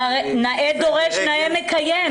נאה דורש נאה מקיים.